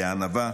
בענווה,